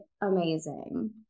amazing